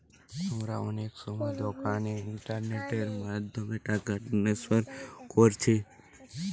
আমরা অনেক সময় দোকানে ইন্টারনেটের মাধ্যমে টাকা ট্রান্সফার কোরছি